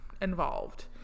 involved